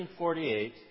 1948